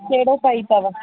कहिड़ो पई अथव